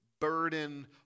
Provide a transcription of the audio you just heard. burden